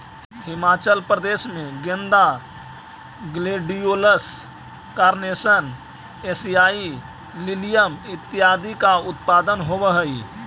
हिमाचल प्रदेश में गेंदा, gladiolus, carnation, एशियाई लिलियम इत्यादि का उत्पादन होवअ हई